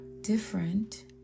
different